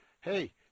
Hey